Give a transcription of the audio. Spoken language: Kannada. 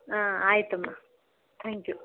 ಹಾಂ ಆಯಿತಮ್ಮ ಥ್ಯಾಂಕ್ ಯು ಹ್ಞೂ